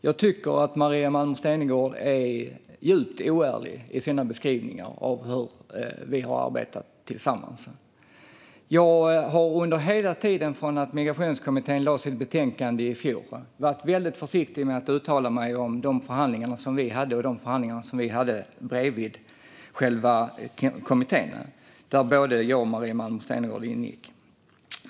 Jag tycker att Maria Malmer Stenergard är djupt oärlig i sina beskrivningar av hur vi har arbetat tillsammans. Jag har under hela tiden från att Migrationskommittén lade fram sitt betänkande i fjor varit väldigt försiktig med att uttala mig om de förhandlingar som vi hade och om de förhandlingar som vi hade bredvid själva kommittén, där både jag och Maria Malmer Stenergard ingick.